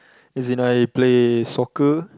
as in I play soccer